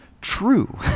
true